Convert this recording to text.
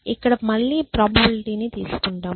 ఇక్కడ మళ్ళీ ప్రాబబిలిటీ ని తీసుకుంటాం